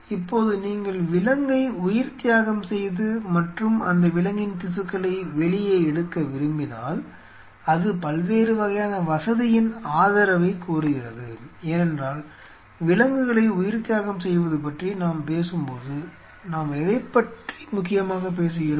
இப்போது நீங்கள் விலங்கை உயிர்த்தியாகம் செய்து மற்றும் அந்த விலங்கின் திசுக்களை வெளியே எடுக்க விரும்பினால் அது பல்வேறு வகையான வசதியின் ஆதரவைக் கோருகிறது ஏனென்றால் விலங்குகளை உயிர்த்தியாகம் செய்வது பற்றி நாம் பேசும்போது நாம் எதைப்பற்றி முக்கியமாகப் பேசுகிறோம்